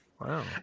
Wow